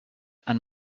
and